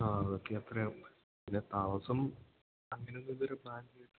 ആ അതൊക്കെ അത്ര ആവും പിന്നെ താമസം അങ്ങനെ ഒന്നും ഇതുവരെ പ്ലാൻ ചെയ്തിട്ടില്ല